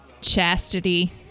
Chastity